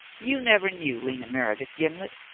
you never knew lena meredith, gimblet,